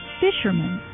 fishermen